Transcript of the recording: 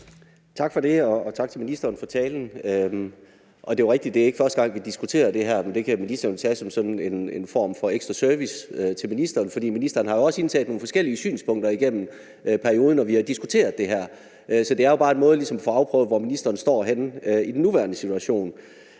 (EL): Tak for det, og tak til ministeren for talen. Det er jo rigtigt, at det ikke er første gang, vi diskuterer det her, men det kan ministeren jo tage som en form for ekstra service til ministeren. For ministeren har jo også indtaget nogle forskellige synspunkter igennem perioden, når vi har diskuteret det her. Så det er jo bare en måde til ligesom at få afprøvet, hvor ministeren står i den nuværende situation,